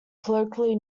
colloquially